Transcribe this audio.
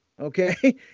Okay